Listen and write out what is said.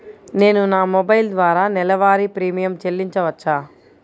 నేను నా మొబైల్ ద్వారా నెలవారీ ప్రీమియం చెల్లించవచ్చా?